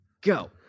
go